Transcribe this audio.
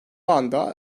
anda